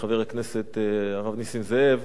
חבר הכנסת הרב נסים זאב,